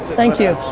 thank you,